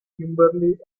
kimberly